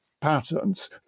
patterns